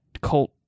Colt